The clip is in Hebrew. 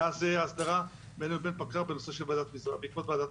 מאז ההסדרה בינינו לבין פקע"ר בעקבות ועדת מזרחי.